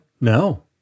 No